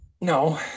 No